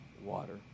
water